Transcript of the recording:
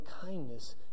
kindness